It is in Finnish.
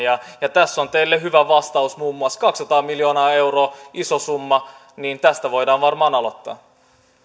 tässä on teille hyvä vastaus muun muassa kaksisataa miljoonaa euroa iso summa tästä voidaan varmaan aloittaa